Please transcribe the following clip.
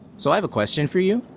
so i have a question for you.